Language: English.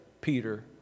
Peter